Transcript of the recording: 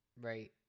right